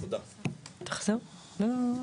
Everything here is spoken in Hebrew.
תודה רבה.